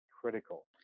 critical